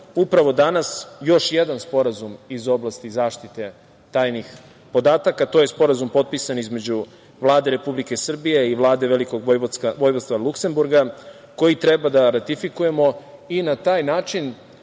upravo danas, još jedan Sporazum iz oblasti zaštite tajnih podataka. To je Sporazum potpisan između Vlade Republike Srbije i Vlade Velikog Vojvodstva Luksemburga, koji treba da ratifikujemo i na taj način